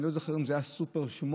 ואני לא זוכר אם זה היה כבר סופר 8,